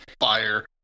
fire